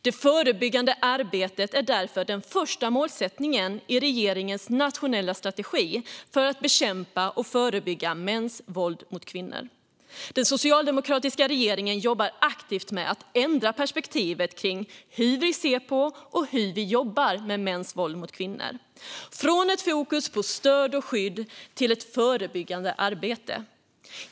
Det förebyggande arbetet är därför den första målsättningen i regeringens nationella strategi för att bekämpa och förebygga mäns våld mot kvinnor. Den socialdemokratiska regeringen jobbar aktivt med att ändra perspektivet kring hur vi ser på och hur vi jobbar med mäns våld mot kvinnor, från fokus på stöd och skydd till fokus på förebyggande arbete.